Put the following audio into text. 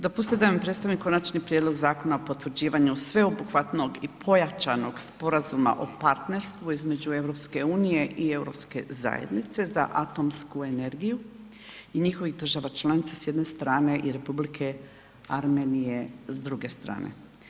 Dopustite da vam predstavim Konačni prijedlog Zakona o potvrđivanju sveobuhvatnog i pojačanog sporazuma o partnerstvu između EU i Europske zajednice za atomsku energiju i njihovih država članica s jedne strane i Republike Armenije s druge strane.